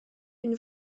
une